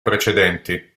precedenti